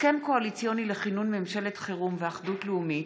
הסכם קואליציוני לכינון ממשלת חירום ואחדות לאומית,